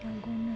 dalgona